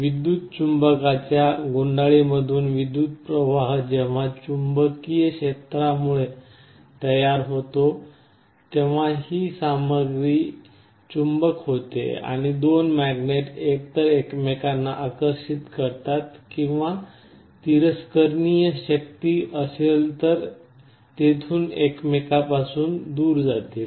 विद्युत चुंबकाच्या गुंडाळीमधून विद्युत् प्रवाह जेव्हा चुंबकीय क्षेत्रामुळे तयार होतो तेव्हा ही सामग्री चुंबक होते आणि दोन मॅग्नेट एकतर एकमेकांना आकर्षित करतात किंवा तिरस्करणीय शक्ती असेल तर तेथून एकमेकां पासून दूर जातील